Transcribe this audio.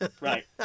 Right